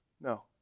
No